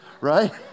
Right